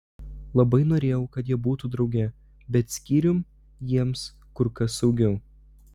labai norėjau kad jie būtų drauge bet skyrium jiems kur kas saugiau